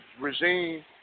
regime